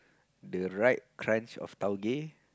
the right crunch of taogay